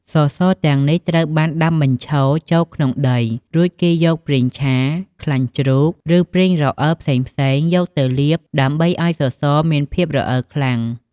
សសរទាំងនេះត្រូវបានដាំបញ្ឈរចូលក្នុងដី រួចគេយកប្រេងឆា ខ្លាញ់ជ្រូក ឬប្រេងរអិលផ្សេងៗយកទៅលាបដើម្បីឲ្យសសរមានភាពរអិលខ្លាំង។